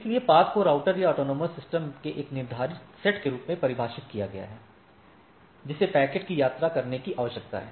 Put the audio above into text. इसलिए पथ को राउटर या ऑटोनॉमस सिस्टम के एक निर्धारित सेट के रूप में परिभाषित किया गया है जिसे पैकेट को यात्रा करने की आवश्यकता है